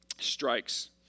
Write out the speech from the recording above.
strikes